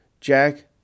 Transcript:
jack